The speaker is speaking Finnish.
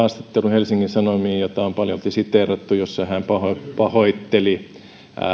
helsingin sanomiin haastattelun jota on paljolti siteerattu ja jossa hän pahoitteli